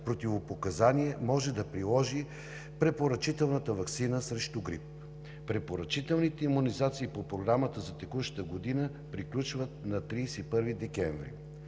противопоказания може да приложи препоръчителната ваксина срещу грип. Препоръчителните имунизации по Програмата за текущата година приключват на 31 декември.